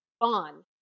on